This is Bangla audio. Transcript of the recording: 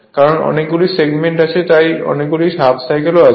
কারণ অনেকগুলি সেগমেন্ট আছে তাই অনেকগুলি হাফ সাইকেল আছে